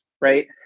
right